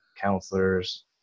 counselors